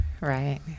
Right